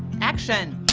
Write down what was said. action!